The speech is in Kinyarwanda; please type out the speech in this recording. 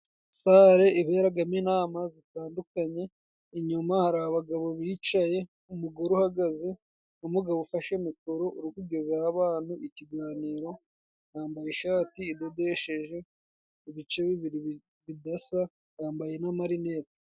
Sale iberagamo inama zitandukanye, inyuma hari abagabo bicaye, umugore uhagaze, wa mugabo ufashe mikoro uri kugezaho abantu ikiganiro, yambaye ishati idodesheje ibice bibiri bidasa, yambaye n'amarinete.